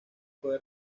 puede